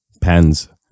pens